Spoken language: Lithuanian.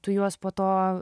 tu juos po to